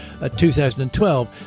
2012